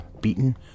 beaten